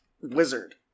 wizard